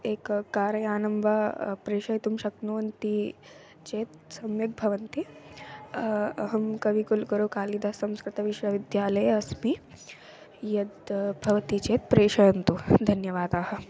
एकं कारयानं वा प्रेषयितुं शक्नुवन्ति चेत् सम्यक् भवन्ति अहं कविकुलगुरूकालिदाससंस्कृतविश्वविद्यालये अस्मि यत् भवति चेत् प्रेषयन्तु धन्यवादाः